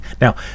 Now